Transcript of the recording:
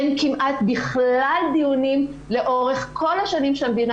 אין כמעט בכלל דיונים לאורך כל השנים שהמדינה